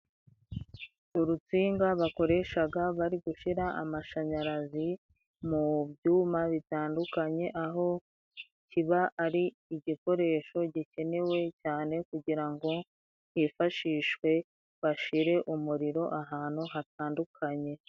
Urutsinga bakoreshaga bari gushira amashanyarazi mu byuma bitandukanye, aho kiba ari igikoresho gikenewe cyane, kugira ngo cyifashishwe bashire umuriro ahantu hatandukanye.